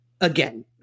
again